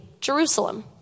Jerusalem